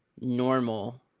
normal